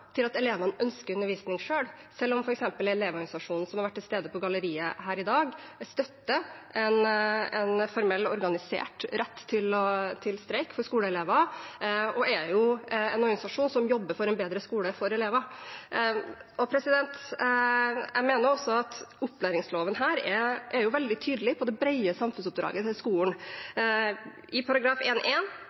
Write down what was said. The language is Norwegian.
til at elevene selv ønsker undervisning, selv om f.eks. Elevorganisasjonen – som har vært til stede på galleriet her i dag – støtter en formell organisert rett til streik for skoleelever og er en organisasjon som jobber for en bedre skole for elever. Jeg mener også at opplæringsloven er veldig tydelig på det brede samfunnsoppdraget til skolen. I